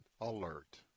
alert